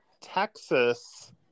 Texas